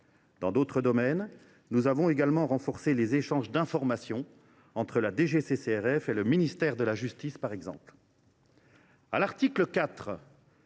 Dans d’autres domaines, nous avons également renforcé les échanges d’informations entre la DGCCRF et le ministère de la justice, par exemple.